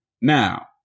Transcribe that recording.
Now